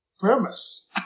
premise